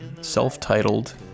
self-titled